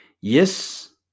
Yes